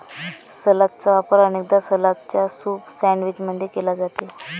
सलादचा वापर अनेकदा सलादच्या सूप सैंडविच मध्ये केला जाते